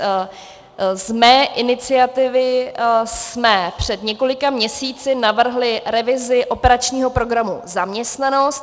Z mé iniciativy jsme před několika měsíci navrhli revizi operačního programu Zaměstnanost.